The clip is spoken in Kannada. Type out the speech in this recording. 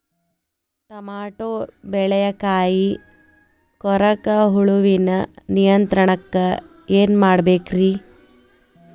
ಟಮಾಟೋ ಬೆಳೆಯ ಕಾಯಿ ಕೊರಕ ಹುಳುವಿನ ನಿಯಂತ್ರಣಕ್ಕ ಏನ್ ಮಾಡಬೇಕ್ರಿ?